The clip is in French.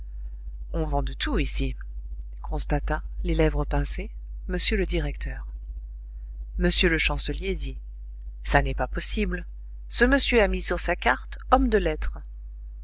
on vend de tout ici constata les lèvres pincées m le directeur m le chancelier dit ça n'est pas possible ce monsieur a mis sur sa carte homme de lettres